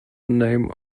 name